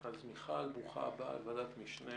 אז, מיכל, ברוכה הבאה לוועדת משנה